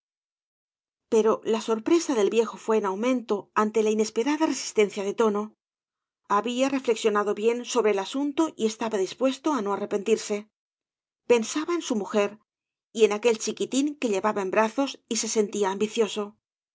pero la sorpresa del viejo fué en aumento ante la inesperada resistencia de tono había reflexionado bien sobre el asunto y estaba dispuesto á no arrepentirse pensaba en su mujer en aquel chiquitín que llevaba en brazos y se sentía ambicioso qué